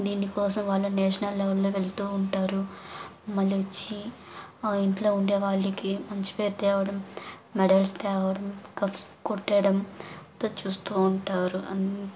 దీనికోసం వాళ్ళు నేషనల్ లెవెల్లో వెళ్తూ ఉంటారు మళ్ళొచ్చి ఆ ఇంట్లో ఉండేవాళ్ళకి మంచి పేరు తేవడం మెడల్స్ తేవడం కప్స్ కొట్టడం అంత చూస్తూ ఉంటారు అంత